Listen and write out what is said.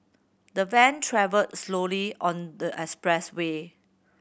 the van travelled slowly on the expressway